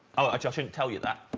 ah i just didn't tell you that